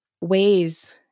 ways